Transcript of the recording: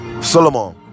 Solomon